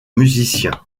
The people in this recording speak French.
musiciens